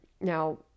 Now